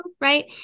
right